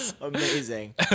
Amazing